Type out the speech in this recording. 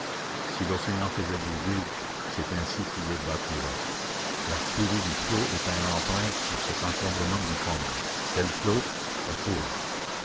si l'océan faisait des digues c'est ainsi qu'il les bâtirait la furie du flot était empreinte sur cet encombrement difforme quel flot la foule